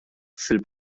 fil